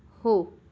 हो